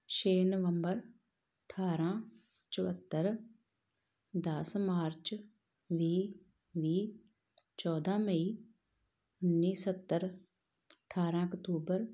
ਛੇ ਨਵੰਬਰ ਅਠਾਰ੍ਹਾਂ ਚੁਹੱਤਰ ਦਸ ਮਾਰਚ ਵੀਹ ਵੀਹ ਚੌਦਾਂ ਮਈ ਉੱਨੀ ਸੱਤਰ ਅਠਾਰ੍ਹਾਂ ਅਕਤੂਬਰ